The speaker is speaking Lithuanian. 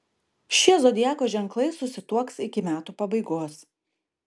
šie zodiako ženklai susituoks iki metų pabaigos